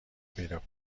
پیدا